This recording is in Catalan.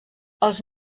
els